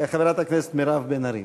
חברת הכנסת מירב בן ארי.